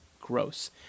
Gross